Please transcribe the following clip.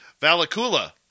Valakula